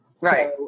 Right